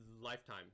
lifetime